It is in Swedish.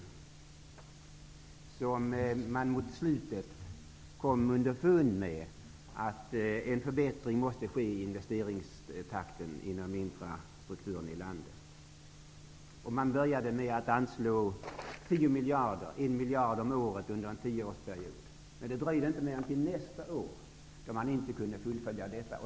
Mot slutet kom man underfund med att en förbättring av investeringstakten inom infrastrukturen i landet måste ske. Man började då med att anslå 10 miljarder -- en miljard om året -- under en tioårsperiod. Men det dröjde inte längre än till påföljande år förrän man inte kunde fullfölja detta.